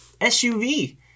SUV